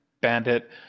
bandit